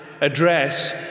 address